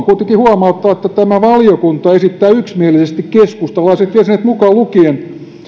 kuitenkin huomauttaa että tämä valiokunta esittää yksimielisesti keskustalaiset jäsenet mukaan lukien